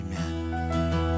amen